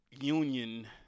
union